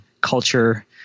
culture